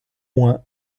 moins